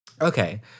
Okay